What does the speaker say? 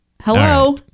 Hello